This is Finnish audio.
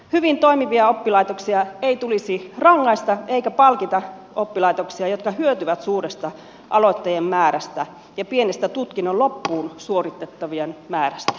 hyvin toimivia oppilaitoksia ei tulisi rangaista eikä palkita oppilaitoksia jotka hyötyvät suuresta aloittajien määrästä ja pienistä tutkinnon loppuun suorittavien määrästä